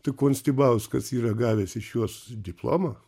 tai konstibauskas yra gavęs iš jos diplomą